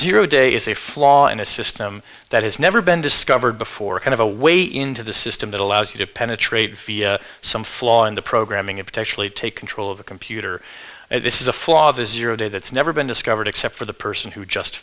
zero day is a flaw in a system that has never been discovered before kind of a way into the system that allows you to penetrate fia some flaw in the programming of potentially take control of the computer this is a flaw of a zero day that's never been discovered except for the person who just